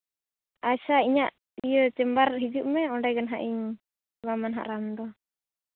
ᱟᱪᱪᱷᱟ ᱤᱧᱟᱹᱜ ᱤᱭᱟᱹ ᱪᱮᱢᱵᱟᱨ ᱤᱧᱟᱹᱜ ᱪᱮᱢᱵᱟᱨ ᱦᱤᱡᱩᱜ ᱢᱮ ᱚᱸᱰᱮ ᱦᱟᱸᱜ ᱤᱧ ᱮᱢᱟᱢᱟ ᱦᱟᱸᱜ ᱨᱟᱱ ᱫᱚ